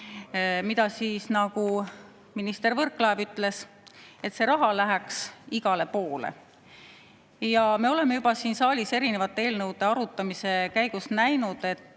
kaudu raha. Minister Võrklaev ütles, et see raha läheks igale poole. Ja me oleme juba siin saalis erinevate eelnõude arutamise käigus näinud,